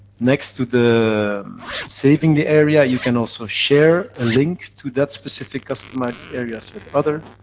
next to the saving the area, you can also share a link to that specific customized areas with other.